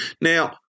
Now